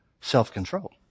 self-control